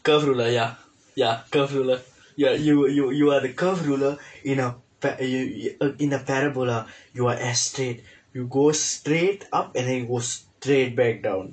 curve ruler ya ya curve ruler ya you you you are the curve ruler in a pa~ in a parabola you are as straight you go straight up and then you go straight back down